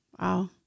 Wow